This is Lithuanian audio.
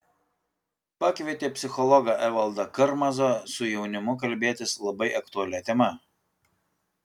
pakvietė psichologą evaldą karmazą su jaunimu kalbėtis labai aktualia tema